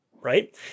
right